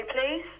please